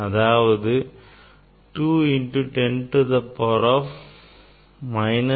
அதாவது 2 into 10 to the power minus 3 radian ஆகும்